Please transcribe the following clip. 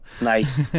nice